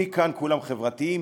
מכאן כולם חברתיים,